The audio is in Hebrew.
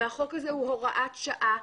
והחוק הזה הוא הוראת שעה,